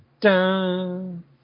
dun